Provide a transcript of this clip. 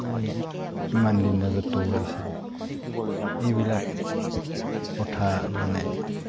এই কিমান দিন ৰাজত্ব কৰিছিল এইবিলাক কথা মানে